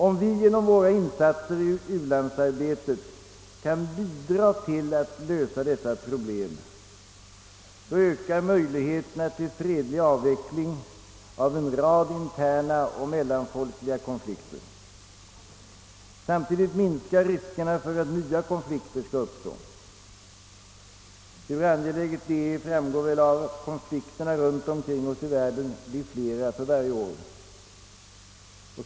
Om vi genom våra insatser i u-landsarbetet kan bidra till att lösa dessa problem, ökas därmed möjligheterna till fredlig avveckling av en rad interna och mellanfolkliga konflikter. Samtidigt minskar riskerna för att nya konflikter skall uppstå. Hur angeläget detta är framgår av att konflikterna runt omkring oss i världen. blir flera för varje år.